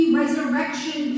resurrection